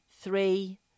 three